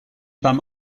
beim